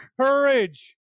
courage